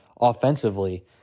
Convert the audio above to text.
offensively